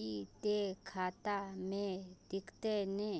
इ ते खाता में दिखते ने?